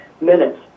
minutes